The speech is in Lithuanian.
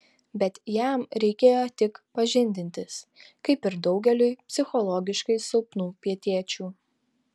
bet jam reikėjo tik pažindintis kaip ir daugeliui psichologiškai silpnų pietiečių